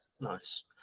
Nice